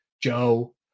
Joe